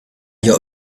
your